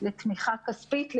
-- כספית לאיגודים,